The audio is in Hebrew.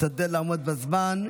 תשתדל לעמוד בזמן,